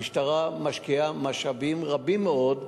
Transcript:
המשטרה משקיעה משאבים רבים מאוד לגילוי.